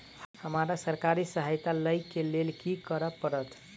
हमरा सरकारी सहायता लई केँ लेल की करऽ पड़त?